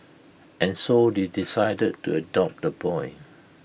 and so they decided to adopt the boy